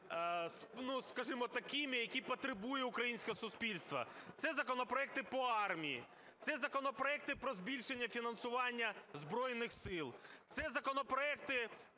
є, скажімо, такими, які потребує українське суспільство. Це законопроекти по армії, це законопроекти про збільшення фінансування Збройних Сил, це законопроекти